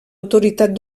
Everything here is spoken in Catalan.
autoritat